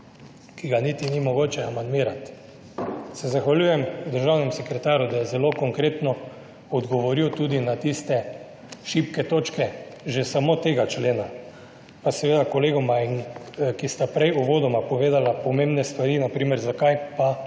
ki ga niti ni mogoče amandmirati, se zahvaljujem državnemu sekretarju, da je zelo konkretno odgovoril tudi na tiste šibke točke že samo tega člena, pa kolegoma, ki sta prej uvodoma povedala pomembne stvari, na primer, zakaj je